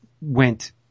went